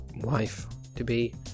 wife-to-be